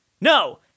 No